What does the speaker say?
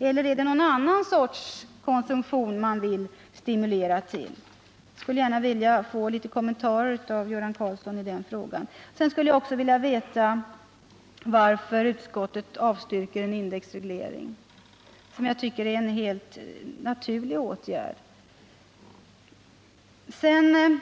Eller är det en annan sorts konsumtion man vill stimulera? Jag skulle gärna vilja ha lite kommentarer av Göran Karlsson i den frågan. Jag skulle också vilja veta varför utskottet avstyrker en indexreglering, som jag tycker är en helt naturlig åtgärd. Därefter